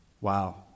Wow